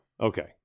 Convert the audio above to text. Okay